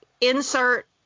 insert